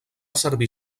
servir